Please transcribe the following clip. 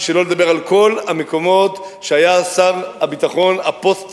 שלא לדבר על כל המקומות ביהודה ושומרון שהיה שר הביטחון הפוסט-ציוני,